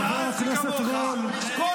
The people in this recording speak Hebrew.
חבר הכנסת ירון לוי, שב,